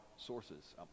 sources